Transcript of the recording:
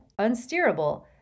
unsteerable